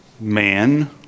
man